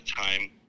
time